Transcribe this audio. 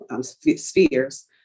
spheres